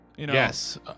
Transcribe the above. Yes